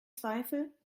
zweifel